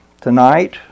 tonight